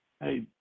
Hey